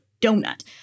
donut